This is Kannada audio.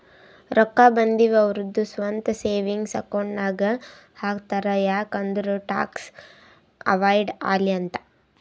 ರೊಕ್ಕಾ ಬಂದಿವ್ ಅವ್ರದು ಸ್ವಂತ ಸೇವಿಂಗ್ಸ್ ಅಕೌಂಟ್ ನಾಗ್ ಹಾಕ್ತಾರ್ ಯಾಕ್ ಅಂದುರ್ ಟ್ಯಾಕ್ಸ್ ಅವೈಡ್ ಆಲಿ ಅಂತ್